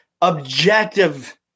objective